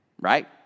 right